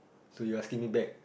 so you asking me back